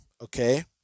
okay